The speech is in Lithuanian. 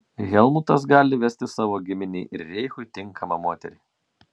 helmutas gali vesti savo giminei ir reichui tinkamą moterį